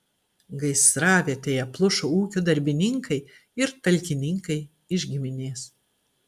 gaisravietėje plušo ūkio darbininkai ir talkininkai iš giminės